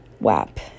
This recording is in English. WAP